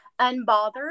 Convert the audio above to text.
unbothered